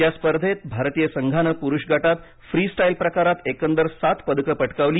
या स्पर्धेत भारतीय संघानं पुरुष गटात फ्री स्टाईल प्रकारात एकंदर सात पदके पटकावली